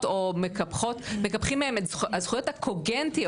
או מקפחים מהן את הזכויות הקוגנטיות,